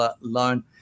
loan